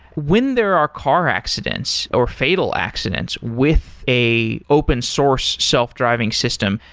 when there are car accidents, or fatal accidents with a open source self-driving system,